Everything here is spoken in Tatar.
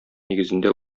нигезендә